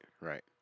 right